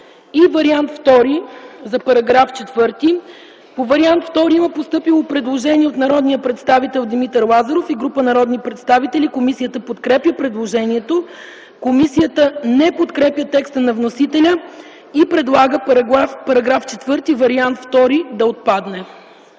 за § 4. По вариант втори има постъпило предложение от народния представител Димитър Лазаров и група народни представители. Комисията подкрепя предложението. Комисията не подкрепя текста на вносителя и предлага § 4, вариант втори да отпадне.